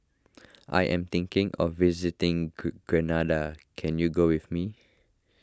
I am thinking of visiting Grenada can you go with me